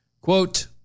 Quote